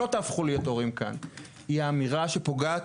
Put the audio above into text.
לך דוגמה,